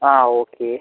ആ ഓക്കെ